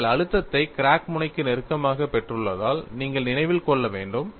நீங்கள் அழுத்தத்தை கிராக் முனைக்கு நெருக்கமாக பெற்றுள்ளதால் நீங்கள் நினைவில் கொள்ள வேண்டும்